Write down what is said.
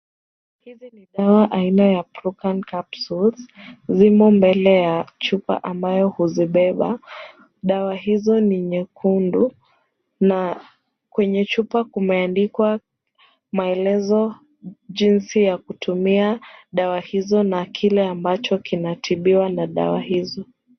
Hizi ni dawa aina ya Frucan Capsules zimo mbele ya chupa ambayo huzibeba. Dawa hizo ni nyekundu na kwenye chupa kumeandikwa maelezo jinsi ya kutumia dawa hizo na kile ambacho kinatibiwa na dawa hizo.